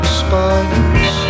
spiders